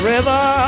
River